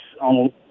on